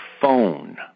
phone